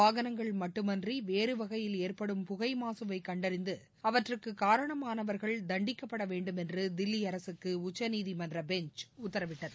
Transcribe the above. வானங்கள் மட்டுமின்றி வேறு வகையில் ஏற்படும் புகை மாசுவை கண்டறிந்து அஅற்றுக்கு காரணமானவர்கள் தண்டிக்கப்பட வேண்டும் தில்லி அரசுக்கு உச்சநீதிமன்ற பெஞ்ச் உத்தரவிட்டது